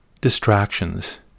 distractions